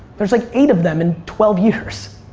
there's like eight of them in twelve years.